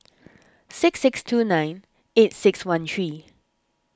six six two nine eight six one three